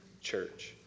church